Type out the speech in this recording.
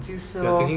就是 lor